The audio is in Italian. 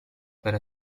per